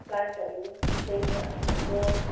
प्लान्टहरू जुन चाहिँ हाम्रो